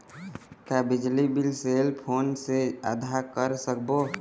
का बिजली bill cell phone से आदा कर सकबो?